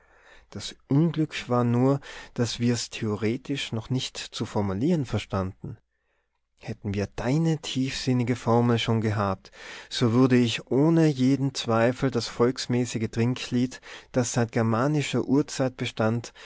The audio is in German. das unglück war nur daß wir's theoretisch noch nicht zu formulieren verstanden hätten wir deine tiefsinnige formel schon gehabt so würde ich ohne jeden zweifel das volksmäßige trinklied das seit germanischer urzeit bestand